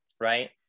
right